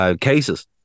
cases